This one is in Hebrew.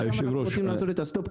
כי שם אנחנו רוצים לעשות את הסטופ.